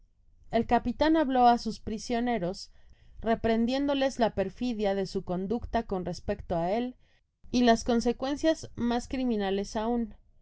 el capitan habló á sus prisioner ros reprendiéndoles la perfidia de su conducta con respecto á él y las consecuencias mas criminales aun